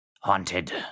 haunted